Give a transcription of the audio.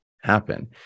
happen